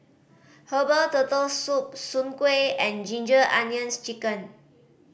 herbal Turtle Soup soon kway and Ginger Onions Chicken